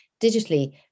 digitally